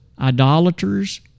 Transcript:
idolaters